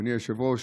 אדוני היושב-ראש,